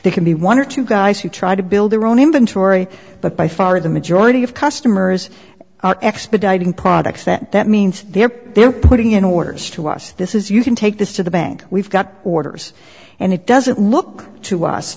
they can be one or two guys who try to build their own inventory but by far the majority of customers are expediting products that that means they're they're putting in orders to us this is you can take this to the bank we've got orders and it doesn't look to us